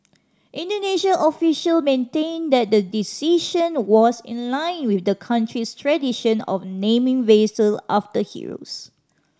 Indonesian official maintained that the decision was in line with the country's tradition of naming vessel after heroes